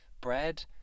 Bread